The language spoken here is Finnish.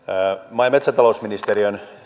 maa ja metsätalousministeriön